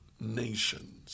nations